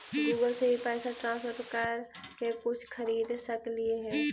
Google से भी पैसा ट्रांसफर कर के कुछ खरिद सकलिऐ हे?